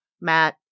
Matt